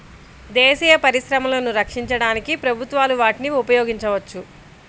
దేశీయ పరిశ్రమలను రక్షించడానికి ప్రభుత్వాలు వాటిని ఉపయోగించవచ్చు